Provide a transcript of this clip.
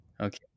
okay